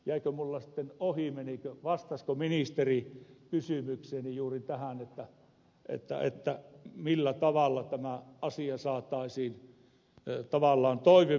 menikö minulta ohi vastasiko ministeri juuri tähän kysymykseeni että millä tavalla tämä asia saataisiin tavallaan toimivammaksi